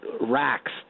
racks